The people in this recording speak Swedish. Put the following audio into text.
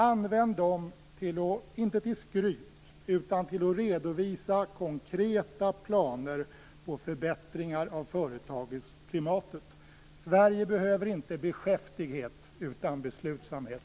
Använd dem inte till skryt, utan till att redovisa konkreta planer på förbättringar av företagsklimatet. Sverige behöver inte beskäftighet utan beslutsamhet.